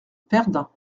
verdun